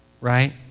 right